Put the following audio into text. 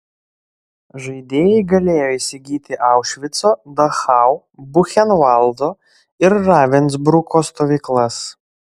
žaidėjai galėjo įsigyti aušvico dachau buchenvaldo ir ravensbruko stovyklas